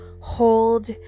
hold